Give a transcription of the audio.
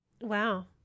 Wow